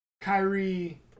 Kyrie